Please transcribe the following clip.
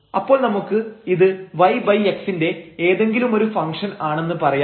അപ്പോൾ നമുക്ക് ഇത് yx ന്റെ ഏതെങ്കിലുമൊരു ഫംഗ്ഷൻആണെന്ന് പറയാം